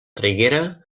traiguera